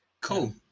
Cool